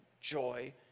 joy